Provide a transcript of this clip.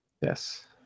yes